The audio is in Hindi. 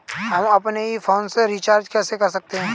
हम अपने ही फोन से रिचार्ज कैसे कर सकते हैं?